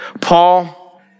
Paul